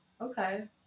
Okay